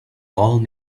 old